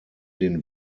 den